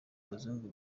abazungu